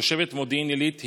תושבת מודיעין עילית,